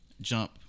Jump